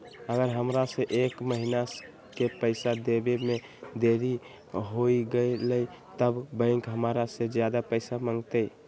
अगर हमरा से एक महीना के पैसा देवे में देरी होगलइ तब बैंक हमरा से ज्यादा पैसा मंगतइ?